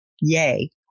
yay